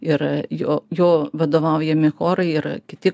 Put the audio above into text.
ir jo jo vadovaujami chorai ir kiti